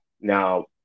Now